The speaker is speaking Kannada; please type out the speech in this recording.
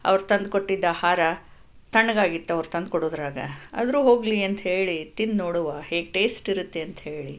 ಅವರು ತಂದ್ಕೊಟ್ಟಿದ್ದ ಆಹಾರ ತಣ್ಣಗಾಗಿತ್ತು ಅವರು ತಂದ್ಕೊಡುದ್ರಾಗ ಆದರೂ ಹೋಗಲಿ ಅಂತ ಹೇಳಿ ತಿಂದು ನೋಡುವ ಹೇಗೆ ಟೇಸ್ಟ್ ಇರುತ್ತೆ ಅಂತ ಹೇಳಿ